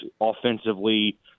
offensively